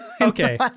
Okay